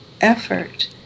effort